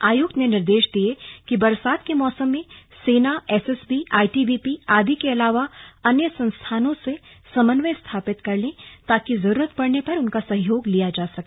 आयुक्त ने निर्देश दिये कि बरसात के मौसम में सेना एसएसबी आईटीबीपी आदि के अलावा अन्य संस्थाओं से समन्वय स्थापित कर लें ताकि जरूरत पड़ने पर उनका सहयोग लिया जा सके